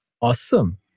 Awesome